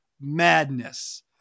Madness